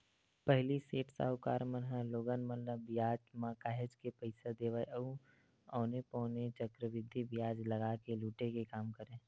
पहिली सेठ, साहूकार मन ह लोगन मन ल बियाज म काहेच के पइसा देवय अउ औने पौने चक्रबृद्धि बियाज लगा के लुटे के काम करय